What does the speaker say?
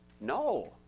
No